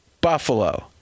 Buffalo